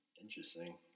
Interesting